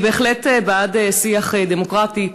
אני בהחלט בעד שיח דמוקרטי,